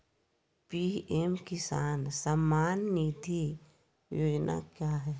PM किसान सम्मान निधि योजना क्या है?